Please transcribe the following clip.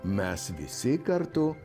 mes visi kartu